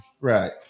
Right